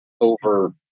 over